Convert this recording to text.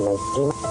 שמוצאות את הכח,